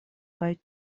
kaj